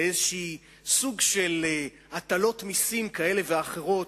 לאיזה סוג של הטלות מסים כאלה ואחרות,